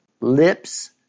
lips